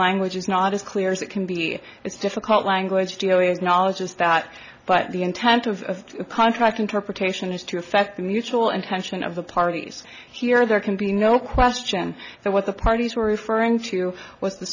language is not as clear as it can be it's difficult language delia's knowledge is that but the intent of the contract interpretation is to effect the mutual intention of the parties here there can be no question that what the parties were referring to